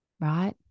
Right